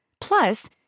Plus